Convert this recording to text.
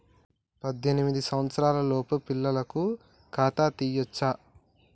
పద్దెనిమిది సంవత్సరాలలోపు పిల్లలకు ఖాతా తీయచ్చా?